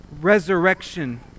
resurrection